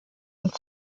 und